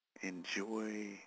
Enjoy